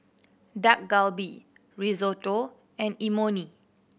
Dak Galbi Risotto and Imoni